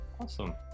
awesome